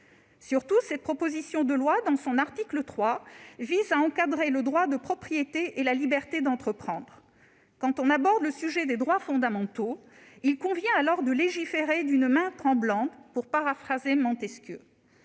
Surtout, cette proposition de loi, dans son article 3, vise à encadrer le droit de propriété et la liberté d'entreprendre. Quand on aborde le sujet des droits fondamentaux, il convient de légiférer d'une main tremblante, pour paraphraser Montesquieu.